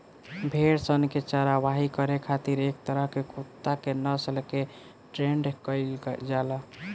भेड़ सन के चारवाही करे खातिर एक तरह के कुत्ता के नस्ल के ट्रेन्ड कईल जाला